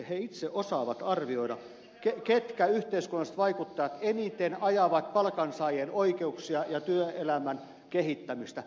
he itse osaavat arvioida ketkä yhteiskunnalliset vaikuttajat eniten ajavat palkansaajien oikeuksia ja työelämän kehittämistä